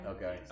Okay